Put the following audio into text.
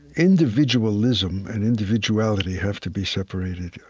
individualism and individuality have to be separated. yeah